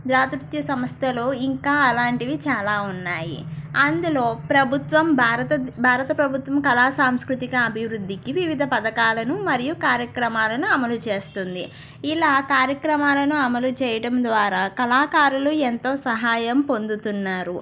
దాతృత్వ సంస్థలో ఇంకా అలాంటివి చాలా ఉన్నాయి అందులో ప్రభుత్వం భారత భారత ప్రభుత్వం కళా సాంస్కృతిక అభివృద్ధికి వివిధ పథకాలను మరియు కార్యక్రమాలను అమలు చేస్తుంది ఇలా కార్యక్రమాలను అమలు చేయడం ద్వారా కళాకారులు ఎంతో సహాయం పొందుతున్నారు